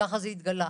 ככה זה התגלה.